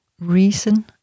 Reason